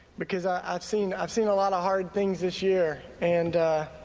because i've seen i've seen a lot of hard things this year and